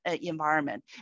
environment